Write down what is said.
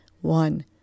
One